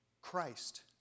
Christ